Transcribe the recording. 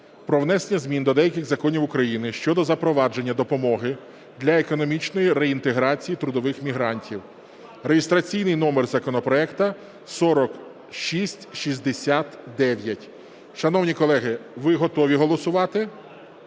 про внесення змін до деяких законів України щодо запровадження допомоги для економічної реінтеграції трудових мігрантів (реєстраційний номер законопроекту 4669). Шановні колеги, ви готові голосувати?